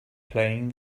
playing